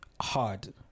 hard